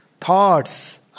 thoughts